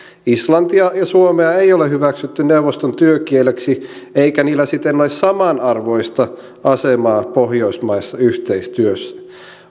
islantia ja suomea ei ole hyväksytty neuvoston työkieliksi eikä niillä siten ole samanarvoista asemaa pohjoismaisessa yhteistyössä